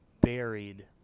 buried